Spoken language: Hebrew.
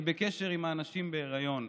אני בקשר עם נשים בהיריון.